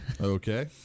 Okay